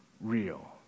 real